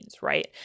right